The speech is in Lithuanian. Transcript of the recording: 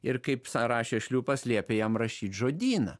ir kaip rašė šliūpas liepė jam rašyt žodyną